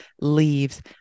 leaves